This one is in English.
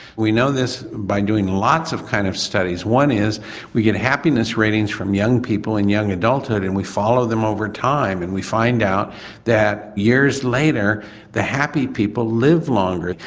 we know this by doing lots of kind of studies one is we get happiness ratings from young people in young adulthood and we follow them over time and we find out that years later the happy people live longer,